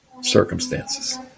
circumstances